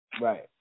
Right